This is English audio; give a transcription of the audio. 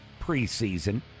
preseason